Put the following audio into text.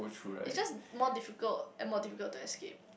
is just more difficult and more difficult to escape